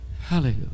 Hallelujah